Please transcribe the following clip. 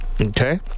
Okay